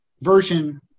version